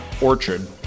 orchard